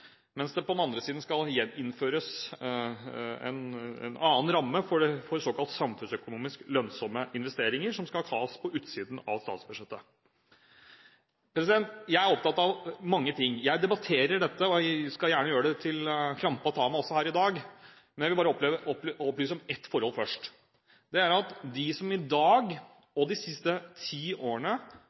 På den annen side skal det innføres en annen ramme for såkalt samfunnsøkonomisk lønnsomme investeringer, som skal tas på utsiden av statsbudsjettet. Jeg er opptatt av mange ting. Jeg debatterer dette, og skal gjerne gjøre det til krampa tar meg også her i dag. Men jeg vil bare opplyse om ett forhold først: Det er at de som i dag og de siste ti årene